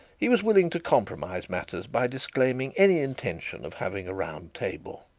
he was willing to compromise matters by disclaiming any intention of having a round table.